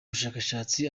bushakashatsi